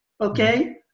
Okay